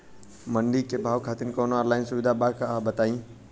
मंडी के भाव खातिर कवनो ऑनलाइन सुविधा बा का बताई?